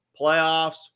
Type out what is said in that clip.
playoffs